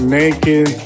naked